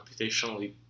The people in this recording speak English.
computationally